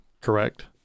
Correct